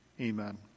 Amen